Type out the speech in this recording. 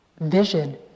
vision